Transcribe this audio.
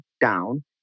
down